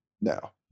now